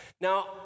Now